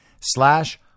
slash